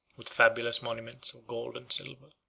with fabulous monuments of gold and silver.